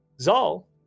Zal